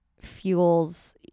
fuels